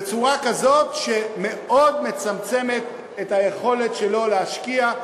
בצורה כזאת שמאוד מצמצמת את היכולת שלו להשקיע,